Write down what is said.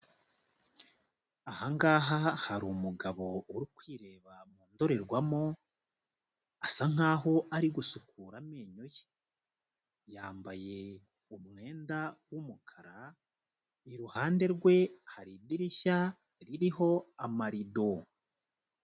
Aha ngaha hari umugabo uri kwireba mu ndorerwamo, asa nkaho ari gusukura amenyo ye. Yambaye umwenda w'umukara, iruhande rwe hari idirishya ririho amarido.